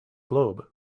globe